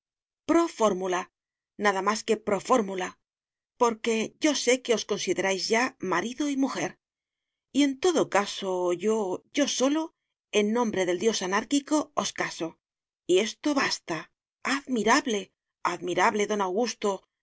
formula nada más que pro formula porque yo sé que os consideráis ya marido y mujer y en todo caso yo yo solo en nombre del dios anárquico os caso y esto basta admirable admirable don augusto